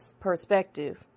perspective